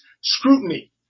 scrutiny